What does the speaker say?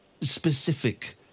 specific